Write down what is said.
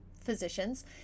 physicians